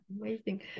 amazing